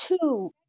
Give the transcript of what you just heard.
two